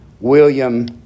William